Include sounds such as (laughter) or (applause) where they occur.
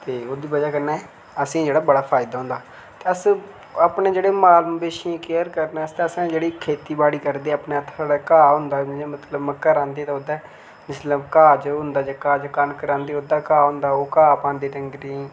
ते ओह्दी बजह कन्नै असेंगी जेह्ड़ा बड़ा फायदा होंदा ते अस अपने जेह्ड़े माल मवेशियें केयर करने आस्तै असें जेह्ड़ी खेतीबाड़ी करदे अपना (unintelligible) घाऽ होंदा जियां मतलब मक्कां रांह्दे ते ओह्दे जिसलै घाऽ जो होंदा जेह्का जे कनक रांह्दे घाऽ होंदा ओह् घाऽ पांदे डंगरें गी